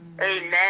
Amen